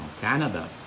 Canada